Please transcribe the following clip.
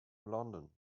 london